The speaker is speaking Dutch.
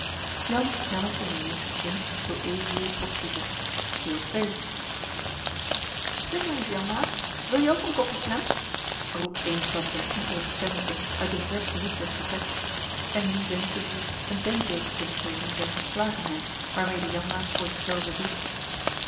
zeg ereis janmaat wil je k een kopje slemp roept eensklaps een pieperig stemmetje uit den versten hoek des vertreks en nu wenschte ik u een denkbeeld te kunnen geven der verslagenheid waarmede janmaat voor